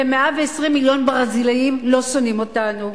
ו-120 מיליון ברזילאים לא שונאים אותנו,